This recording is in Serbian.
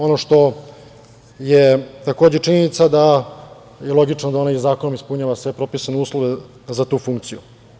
Ono što je činjenica i logično je da ona zakonom ispunjava sve propisane uslove za tu funkciju.